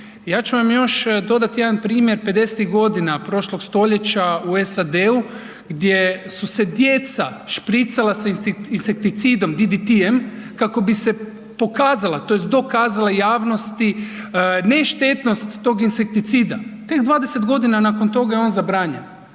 Ja ću vam dodati još jedan primjer, pedesetih godina prošlog stoljeća u SAD-u gdje su se djeca špricala insekticidom DDT-em kako bi se pokazala tj. dokazala javnosti ne štetnog tog insekticida. Tek 20 godina nakon toga on je zabranjen.